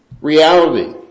reality